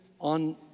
on